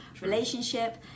relationship